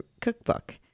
cookbook